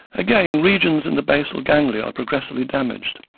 again, regions in the basal ganglia are progressively damaged,